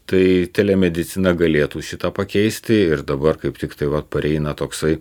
tai telemedicina galėtų šitą pakeisti ir dabar kaip tiktai vat pareina toksai